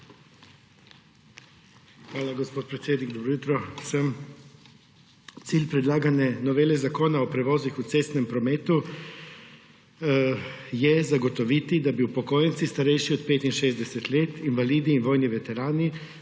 Hvala, gospod predsednik. Dobro jutro vsem! Cilj predlagane novele Zakona o prevozih v cestnem prometu je zagotoviti, da bi upokojenci, starejši od 65 let, invalidi in vojni veterani